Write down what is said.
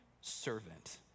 servant